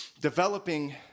developing